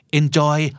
enjoy